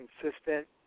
consistent